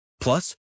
Plus